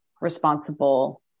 responsible